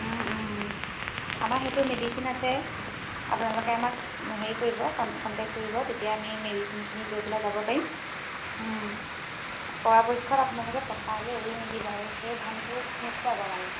আমাৰ সেইটো মেডিচিন আছে আপোনালোকে আমাক হেৰি কৰিব কন কণ্টেক কৰিব তেতিয়া আমি মেডিচিনখিনি লৈ পেলাই যাব পাৰিম পৰাপক্ষত আপোনালোকে পথাৰলৈ এৰি নিদিব আৰু সেই ধানটো নোখোৱাব মানে